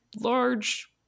large